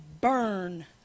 burn